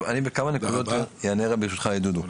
טוב, אני בכמה נקודות אענה ברשותך לדודו.